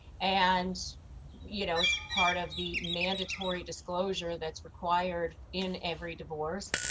and you know it's part of the mandatory disclosure that's required in every divorce.